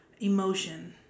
emotion